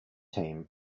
team